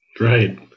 Right